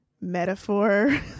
metaphor